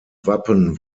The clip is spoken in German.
wappen